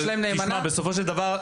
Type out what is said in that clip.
אבל בסופו של דבר,